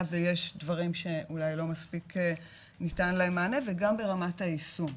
ויש דברים שאולי לא מספיק ניתן להם מענה וגם ברמת היישום.